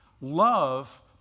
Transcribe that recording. Love